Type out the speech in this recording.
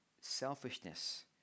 selfishness